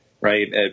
right